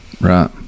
Right